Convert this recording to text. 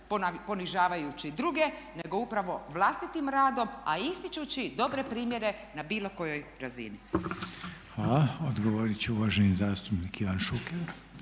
ponižavajući druge nego upravo vlastitim radom a ističući dobre primjere na bilo kojoj razini. **Reiner, Željko (HDZ)** Hvala. Odgovoriti će uvaženi zastupnik Ivan Šuker.